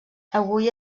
avui